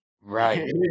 Right